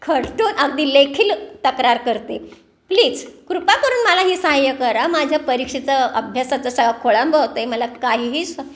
खडतून अगदी लेखी तक्रार करते प्लीज कृपा करून मला ही सहाय्य करा माझं परीक्षेचं अभ्यासाचं सगळा खोळंबा होत आहे मला काहीही स